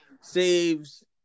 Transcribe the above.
saves